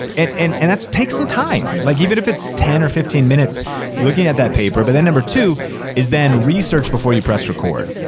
and and and that takes some time. like even if it's ten or fifteen minutes looking at that paper, but then number two is then research before you press record.